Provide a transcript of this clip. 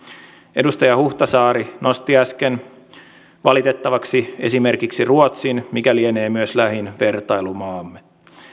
edustaja huhtasaari nosti äsken valitettavaksi esimerkiksi ruotsin mikä lienee myös lähin vertailumaamme